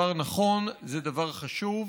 אתם לא רשומים.